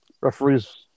referees